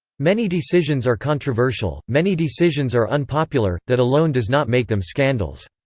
many decisions are controversial, many decisions are unpopular, that alone does not make them scandals.